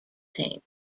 team